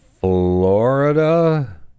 Florida